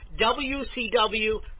WCW